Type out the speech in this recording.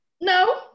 No